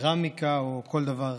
קרמיקה או כל דבר אחר.